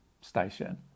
station